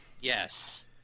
yes